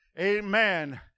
amen